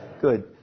Good